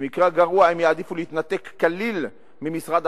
במקרה הגרוע הם יעדיפו להתנתק כליל ממשרד